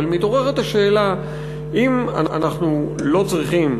אבל מתעוררת השאלה אם אנחנו לא צריכים,